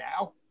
now